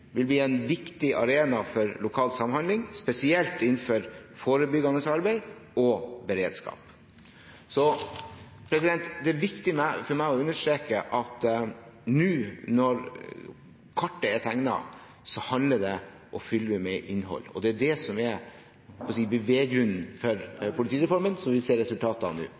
vil bli en viktig arena for lokal samhandling, spesielt innenfor forebyggende arbeid og beredskap. Det er viktig for meg å understreke at nå når kartet er tegnet, handler det om å fylle det med innhold. Det er det som er – skal vi si – beveggrunnen for politireformen, som vi ser resultater av nå.